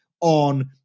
on